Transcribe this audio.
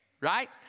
right